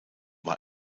war